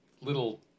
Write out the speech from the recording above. little